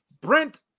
Brent